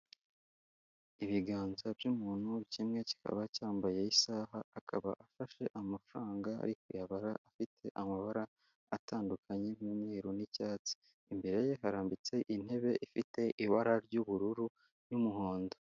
Ibiganza by'umuntu, kimwe kikaba cyambaye isaha; akaba afashe amafaranga ari kuyabara, afite amabara atandukanye nk'umweru n'icyatsi, imbere ye harambitse intebe ifite ibara ry'ubururu n'umuhondo.